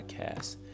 podcast